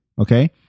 okay